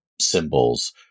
symbols